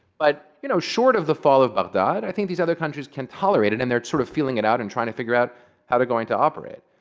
but you know short of the fall of baghdad, i think these other countries can tolerate it. and they're sort of feeling it out and trying to figure out how they're going to operate.